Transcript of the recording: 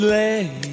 lay